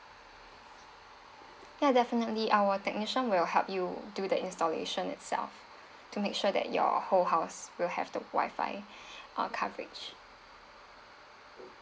ya definitely our technician will help you do the installation itself to make sure that your whole house will have the wifi uh coverage